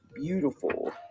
beautiful